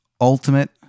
ultimate